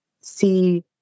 see